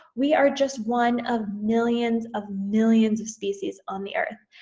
we are just one of millions of millions of species on the earth.